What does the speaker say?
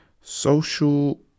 social